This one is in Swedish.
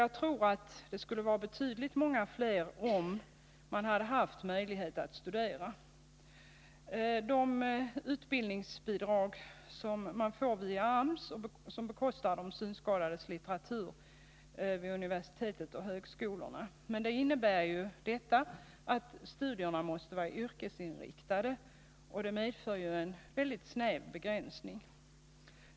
Jag tror att siffran skulle vara betydligt högre om fler synskadade gavs möjlighet att studera. Det är AMS som via utbildningsbidrag bekostar de synskadades litteratur vid universitet och högskolor, och detta innebär att studierna måste vara yrkesinriktade, vilket medför en snäv begränsning.